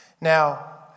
Now